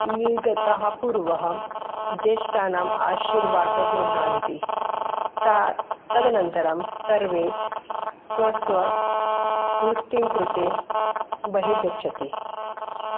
निर्गतः पूर्वः ज्येष्ठानाम् आशीर्वादं गृह्णन्ति ता तदनन्तरं सर्वे स्वस्ववृत्तिं कृते बहिर्गच्छन्ति